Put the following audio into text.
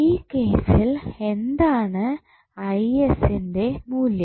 ഈ കേസിൽ എന്താണ് ന്റെ മൂല്യം